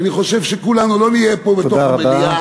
ואני חושב שכולנו לא נהיה פה, תודה רבה.